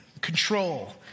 control